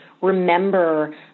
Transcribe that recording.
remember